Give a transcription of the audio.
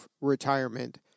retirement